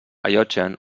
allotgen